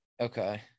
Okay